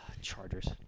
Chargers